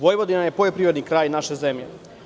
Vojvodina je poljoprivredni kraj naše zemlje.